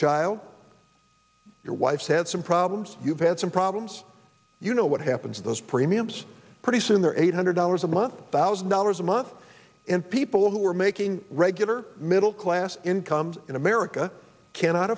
child your wife had some problems you've had some problems you know what happens to those premiums pretty soon they're eight hundred dollars a month thousand dollars a month and people who are making regular middle class incomes in america cannot